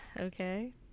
Okay